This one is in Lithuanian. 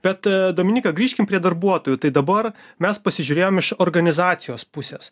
bet dominika grįžkim prie darbuotojų tai dabar mes pasižiūrėjom iš organizacijos pusės